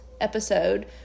episode